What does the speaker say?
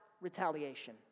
retaliation